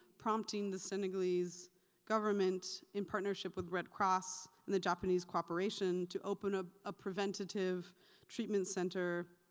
prompting the senegalese government in partnership with red cross and the japanese cooperation to open up a preventative treatment center